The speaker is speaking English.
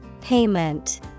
Payment